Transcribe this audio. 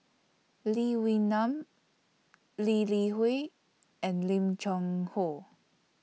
Lee Wee Nam Lee Li Hui and Lim Cheng Hoe